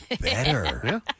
better